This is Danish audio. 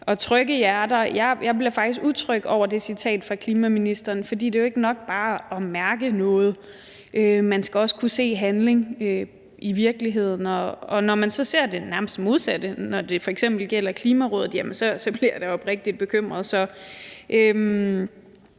jeg bliver faktisk utryg over det citat fra klimaministeren. For det er jo ikke nok bare at mærke noget. Man skal også kunne se handling i virkeligheden, og når man så nærmest ser det modsatte, når det f.eks. gælder Klimarådet, så bliver jeg da oprigtigt bekymret.